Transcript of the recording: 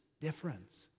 difference